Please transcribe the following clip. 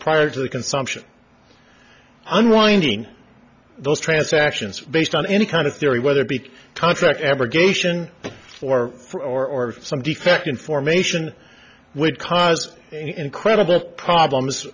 prior to the consumption unwinding those transactions based on any kind of theory whether big contract aggregation or for or some defect information would cause incredible problems